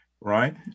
right